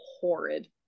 horrid